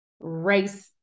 race